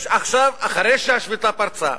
עכשיו, אחרי שהשביתה פרצה,